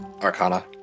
arcana